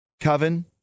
Coven